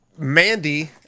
Mandy